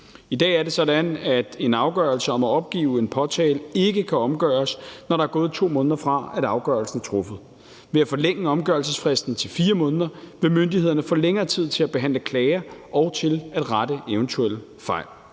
I dag er det sådan, at en afgørelse om at opgive en påtale ikke kan omgøres, når der er gået 2 måneder, fra afgørelsen er truffet. Ved at forlænge omgørelsesfristen til 4 måneder vil myndighederne få længere tid til at behandle klager og til at rette eventuelle fejl.